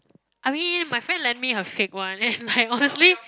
I mean my friend lend me her fake one and like honestly